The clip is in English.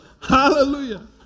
Hallelujah